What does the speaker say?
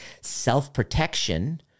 self-protection